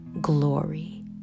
glory